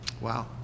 Wow